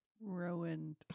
Ruined